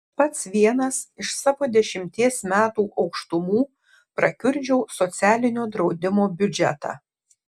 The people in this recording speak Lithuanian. pats vienas iš savo dešimties metų aukštumų prakiurdžiau socialinio draudimo biudžetą